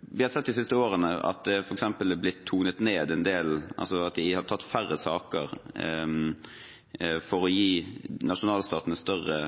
Vi har de siste årene sett at de har tonet ned og tatt færre saker for å gi nasjonalstatene større